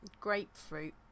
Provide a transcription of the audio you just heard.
grapefruit